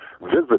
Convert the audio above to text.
visit